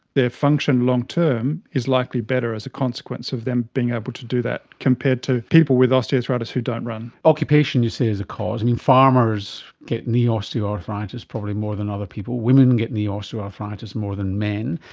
their function long-term is likely better as a consequence of them being able to do that, compared to people with osteoarthritis who don't run. occupation you say is a cause. i mean, farmers get knee osteoarthritis probably more than other people, women get knee osteoarthritis more than men.